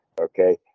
Okay